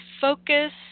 focus